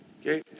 Okay